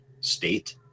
state